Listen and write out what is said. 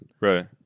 Right